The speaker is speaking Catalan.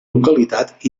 localitat